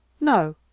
No